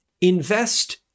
invest